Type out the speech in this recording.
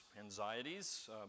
anxieties